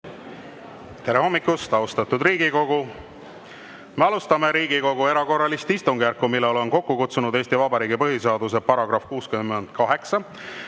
Tere hommikust, austatud Riigikogu! Me alustame Riigikogu erakorralist istungjärku, mille olen kokku kutsunud Eesti Vabariigi põhiseaduse § 68